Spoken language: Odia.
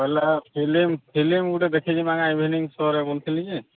ହେଲା ଫିଲିମ୍ ଫିଲିମ୍ ଗୋଟେ ଦେଖିଯିବା ଇଭିନିଙ୍ଗ୍ ସୋରେ ବୁଝୁଥିଲି ଯେ